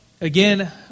again